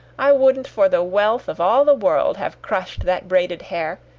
i wouldn't for the wealth of all the world have crushed that braided hair,